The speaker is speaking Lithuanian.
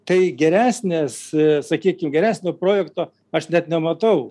tai geresnės sakykim geresnio projekto aš net nematau